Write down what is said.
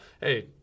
hey